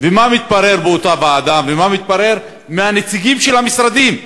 ומה מתברר באותה ועדה ומה מתברר מהנציגים של המשרדים?